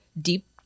deep